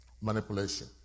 Manipulation